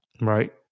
right